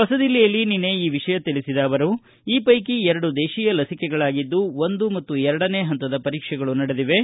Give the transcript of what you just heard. ಹೊಸದಿಲ್ಲಿಯಲ್ಲಿ ನಿನ್ನೆ ಈ ವಿಷಯ ತಿಳಿಸಿದ ಅವರು ಈ ವೈಕಿ ಎರಡು ದೇಶಿಯ ಲಸಿಕೆಗಳಾಗಿದ್ದು ಒಂದು ಮತ್ತು ಎರಡನೇ ಪಂತದ ಪರೀಕ್ಷೆಗಳು ನಡೆದಿವೆ